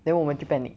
then 我们就 panic